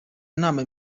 inama